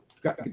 got